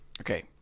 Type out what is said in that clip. okay